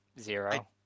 zero